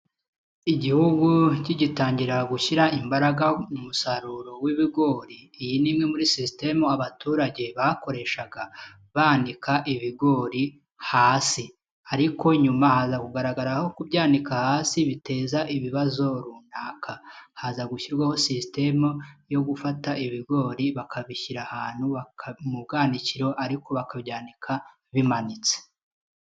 Igihugu kigitangira gushyira imbaraga mu musaruro w'ibigori, iyi ni imwe muri sisiteme abaturage bakoreshaga bandika ibigori hasi ariko nyuma haza kugaragarako kubyanika hasi biteza ibibazo runaka, haza gushyirwaho sisitemu yo gufata ibigori bakabishyira ahantu mu bwanikiro ariko bakabyandika bimanitse.